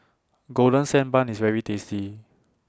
Golden Sand Bun IS very tasty